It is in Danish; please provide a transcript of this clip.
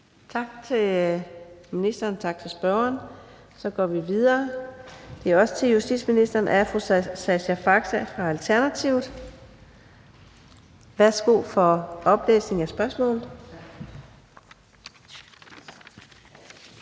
Tak til ministeren, tak til spørgeren. Så går vi videre. Næste spørgsmål er også til justitsministeren, af fru Sascha Faxe fra Alternativet. Kl. 13:45 Spm.